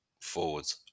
forwards